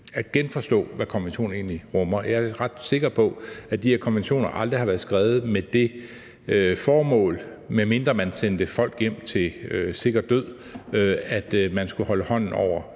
at genforstå, hvad konventionerne egentlig rummer. Jeg er ret sikker på, at de her konventioner aldrig har været skrevet med det formål, medmindre man sendte folk hjem til sikker død, at man skulle holde hånden over